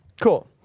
cool